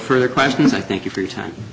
further questions i thank you for your time